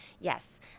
Yes